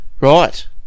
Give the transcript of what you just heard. Right